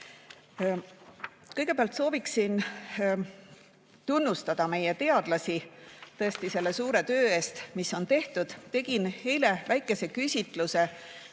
Kõigepealt soovin tunnustada meie teadlasi tõesti selle suure töö eest, mis on tehtud. Tegin eile väikese küsitluse